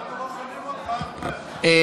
אנחנו לא שומעים אותך, אחמד.